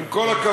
עם כל הכבוד,